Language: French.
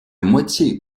moitié